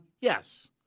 Yes